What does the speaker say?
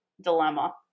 dilemma